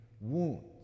wounds